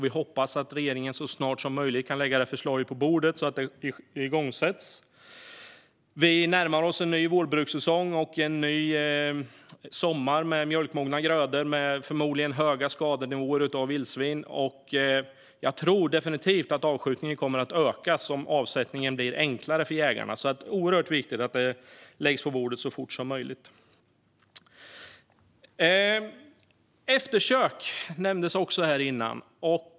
Vi hoppas att regeringen så snart som möjligt kan lägga detta förslag på bordet så att det igångsätts. Vi närmar oss en ny vårbrukssäsong och en ny sommar med mjölkmogna grödor, förmodligen med höga skadenivåer på grund av vildsvin. Jag tror definitivt att avskjutningen kommer att öka om avsättningen blir enklare för jägarna, så det är oerhört viktigt att detta läggs på bordet så fort som möjligt. Eftersök nämndes också tidigare.